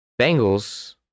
Bengals